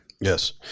Yes